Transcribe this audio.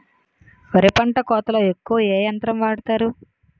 వరి పంట కోతలొ ఎక్కువ ఏ యంత్రం వాడతారు?